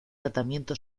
tratamiento